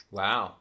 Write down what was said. wow